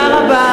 תודה רבה,